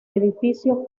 edificio